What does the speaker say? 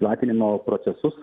platinimo procesus